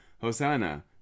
Hosanna